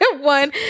one